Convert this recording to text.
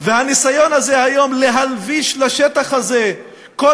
הניסיון הזה היום להלביש לשטח הזה כל